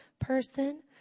person